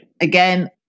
Again